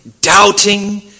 doubting